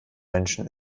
menschen